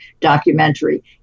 documentary